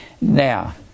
Now